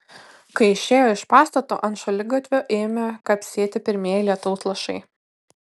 kai išėjo iš pastato ant šaligatvio ėmė kapsėti pirmieji lietaus lašai